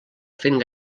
fent